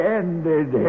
ended